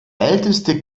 älteste